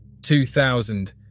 2000